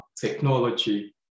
technology